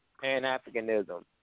pan-Africanism